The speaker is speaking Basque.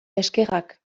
eskerrak